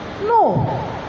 No